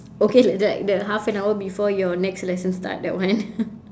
okay like like the half an hour before your next lesson start that one